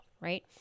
right